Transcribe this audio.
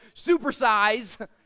supersize